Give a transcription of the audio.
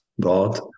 God